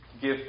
give